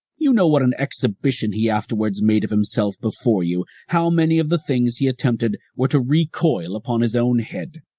you know what an exhibition he afterwards made of himself before you, how many of the things he attempted were to recoil upon his own head.